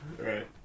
right